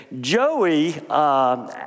Joey